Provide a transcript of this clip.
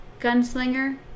Gunslinger